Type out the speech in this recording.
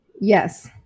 yes